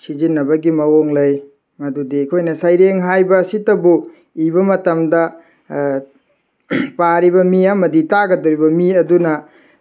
ꯁꯤꯖꯤꯟꯅꯕꯒꯤ ꯃꯋꯣꯡ ꯂꯩ ꯃꯗꯨꯗꯤ ꯑꯩꯈꯣꯏꯅ ꯁꯩꯔꯦꯡ ꯍꯥꯏꯕ ꯑꯁꯤꯇꯕꯨ ꯏꯕ ꯃꯇꯝꯗ ꯄꯥꯔꯤꯕ ꯃꯤ ꯑꯃꯗꯤ ꯇꯥꯒꯗꯧꯔꯤꯕ ꯃꯤ ꯑꯗꯨꯅ